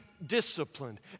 Disciplined